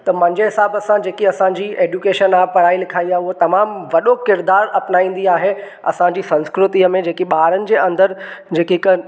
त मुंहिंजे हिसाब सां जेकी असांजी एडुकेशन आहे पढ़ाई लिखाई आहे उहो तमामु वॾो किरदारु अपनाईंदी आहे असांजी संस्कृतिअ में जेके ॿारनि जे अंदरु जेके कनि